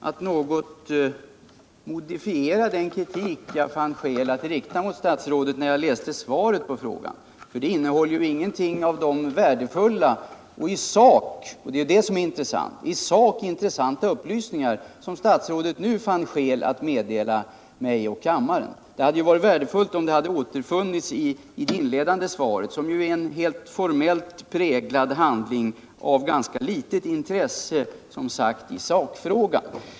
Herr talman! Jag har anledning att något modifiera den kritik jag fann skäl att rikta mot statsrådet när jag läste svaret på frågan. Svaret innehåller ju ingenting av de värdefulla och i sak intressanta upplysningar som statsrådet nu fann skäl att meddela mig och kammaren. Det hade varit värdefullt om de hade återfunnits i det skriftliga svaret, vilket ju är en helt formellt präglad handling av, som sagt, ganska litet intresse i sakfrågan.